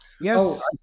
Yes